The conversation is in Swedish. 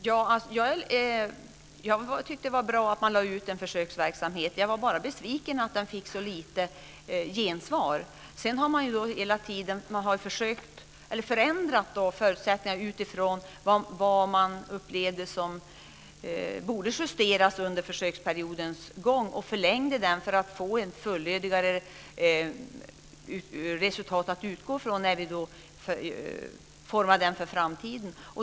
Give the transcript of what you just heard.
Fru talman! Jag tyckte att det var bra att man lade ut en försöksverksamhet, men jag var besviken över att den fick så lite gensvar. Sedan har man hela tiden förändrat förutsättningarna för den utifrån vad man under försöksperiodens gång har tyckt behövde justeras. Man förlängde den för att få ett fullödigare resultat att utgå från när den ska formas för framtiden.